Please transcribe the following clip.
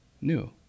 new